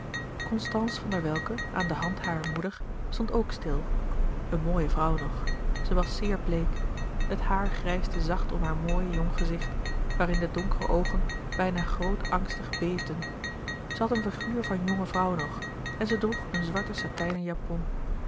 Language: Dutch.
van der welcke aan de hand harer moeder stond ook stil een mooie vrouw nog zij was zeer bleek het haar grijsde zacht om haar mooi jong gezicht waarin de donkere louis couperus de boeken der kleine zielen oogen bijna groot angstig beefden zij had een figuur van jonge vrouw nog en zij droeg een zwarte satijnen japon